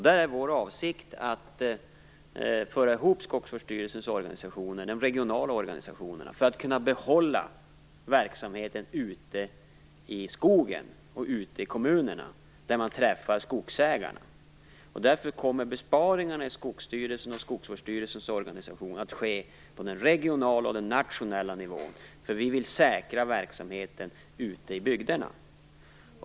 Vår avsikt är att föra ihop Skogsvårdsstyrelens regionala organisationer för att kunna behålla verksamheten ute i skogen och ute i kommunerna där man träffar skogsägarna. Därför kommer besparingarna i Skogsstyrelsens och Skogsvårdsstyrelsens organisationer att ske på den regionala och den nationella nivån. Vi vill säkra verksamheten ute i bygderna.